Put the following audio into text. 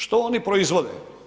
Što oni proizvode?